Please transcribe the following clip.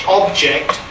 object